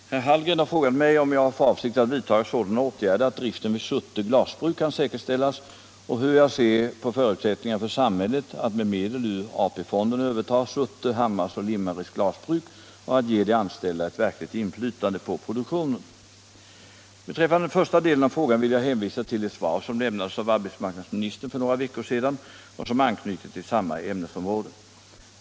Herr talman! Herr Hallgren har frågat mig om jag har för avsikt att vidtaga sådana åtgärder att driften vid Surte glasbruk kan säkerställas och hur jag ser på förutsättningarna för samhället att med medel ur AP-fonden överta Surte, Hammars och Limmareds glasbruk och att ge de anställda ett verkligt inflytande på produktionen. Beträffande den första delen av frågan vill jag hänvisa till ett svar som lämnades av arbetsmarknadsministern för några veckor sedan och som anknyter till samma ämnesområde.